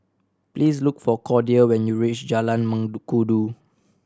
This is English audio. please look for Cordia when you reach Jalan Mengkudu